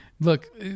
Look